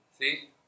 See